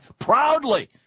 proudly